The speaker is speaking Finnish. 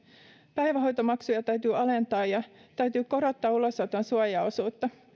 päivähoitomaksuja täytyy alentaa ja täytyy korottaa ulosoton suojaosuutta